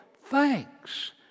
thanks